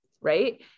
Right